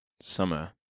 summer